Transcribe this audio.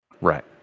Right